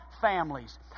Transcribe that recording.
families